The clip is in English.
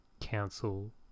council